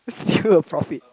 is still a profit